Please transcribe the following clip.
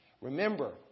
Remember